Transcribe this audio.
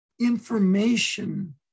information